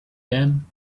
them